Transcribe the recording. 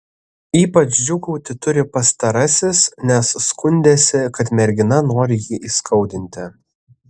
ypač džiūgauti turi pastarasis nes skundėsi kad mergina nori jį įskaudinti